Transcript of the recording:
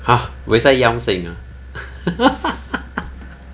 !huh! buay sai yam seng ah